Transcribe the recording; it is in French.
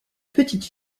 petite